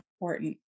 important